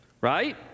right